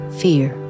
fear